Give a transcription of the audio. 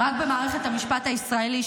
רק במערכת המשפט הישראלית,